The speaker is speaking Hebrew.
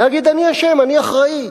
להגיד: "אני אשם, אני אחראי".